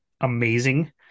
amazing